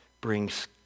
brings